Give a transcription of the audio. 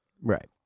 Right